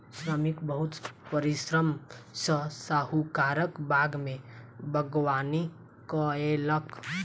श्रमिक बहुत परिश्रम सॅ साहुकारक बाग में बागवानी कएलक